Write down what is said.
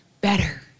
better